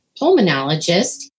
pulmonologist